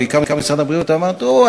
ובעיקר משרד הבריאות אמרו: תראו,